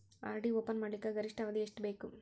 RD open ಮಾಡಲಿಕ್ಕ ಗರಿಷ್ಠ ಅವಧಿ ಎಷ್ಟ ಬೇಕು?